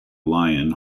lion